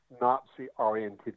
Nazi-oriented